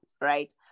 right